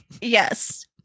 yes